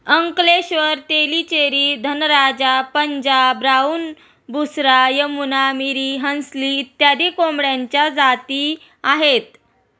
Ankleshwar, Tellicherry, Dhanraja, Punjab brown, Busra, Yamuna, Miri, Hansli इत्यादी कोंबड्यांच्या प्रजाती आहेत